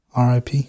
RIP